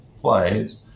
plays